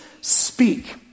speak